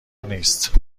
نیست